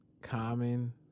Common